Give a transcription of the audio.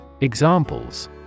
Examples